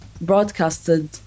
broadcasted